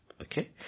Okay